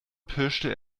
pirschte